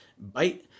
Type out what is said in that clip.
bite